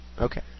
Okay